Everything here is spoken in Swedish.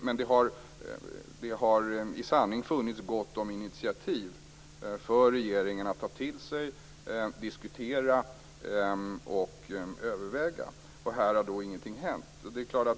Men det har i sanning funnits gott om initiativ för regeringen att ta till sig, diskutera och överväga, och här har ingenting hänt.